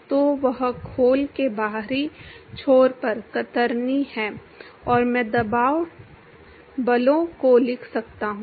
तो वह खोल के बाहरी छोर पर कतरनी है और मैं दबाव बलों को लिख सकता हूं